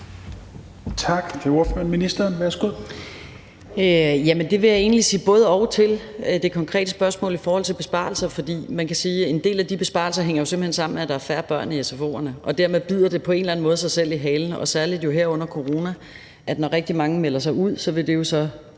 jeg vil egentlig sige både-og til det konkrete spørgsmål i forhold til besparelser, for man kan sige, at en del af de besparelser jo simpelt hen hænger sammen med, at der er færre børn i sfo'erne, og dermed bider det på en eller anden måde sig selv i halen, og særlig jo her under corona. Når rigtig mange melder sig ud, vil det jo så